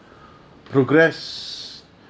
progress